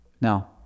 Now